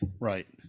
Right